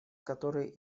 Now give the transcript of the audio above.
которые